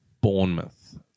Bournemouth